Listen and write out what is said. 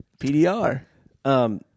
PDR